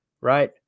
right